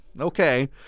okay